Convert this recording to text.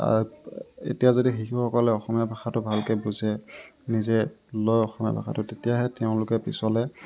এতিয়া যদি শিশুসকলে অসমীয়া ভাষাটো ভালকৈ বুজে নিজে লয় অসমীয়া ভাষাটো তেতিয়াহে তেওঁলোকে পিছলৈ